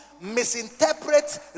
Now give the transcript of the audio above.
misinterpret